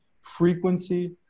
frequency